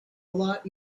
lot